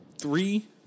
Three